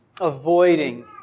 avoiding